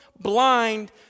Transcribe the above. blind